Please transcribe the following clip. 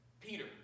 Peter